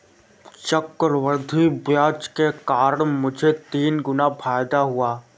चक्रवृद्धि ब्याज के कारण मुझे तीन गुना फायदा हुआ